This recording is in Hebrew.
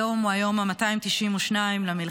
היום הוא היום ה-292 למלחמה,